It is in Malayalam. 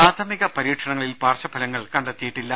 പ്രാഥമിക പരീക്ഷണങ്ങളിൽ പാർശ്വഫലങ്ങൾ കണ്ടെത്തിയിട്ടില്ല